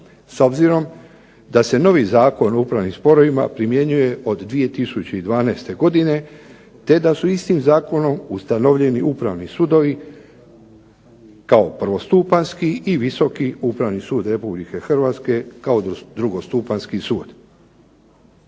S obzirom da se novi Zakon o upravnim sporovima primjenjuje od 2012. godine, te da su istim zakonom ustanovljeni upravni sudovi, kao prvostupanjski i Visoki upravni sud Republike Hrvatske kao drugostupanjski sud.